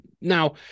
Now